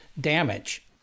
damage